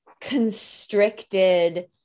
constricted